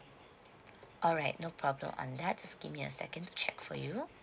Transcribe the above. alright no problem on that just give me a second check for you